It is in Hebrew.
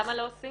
למה לא עושים?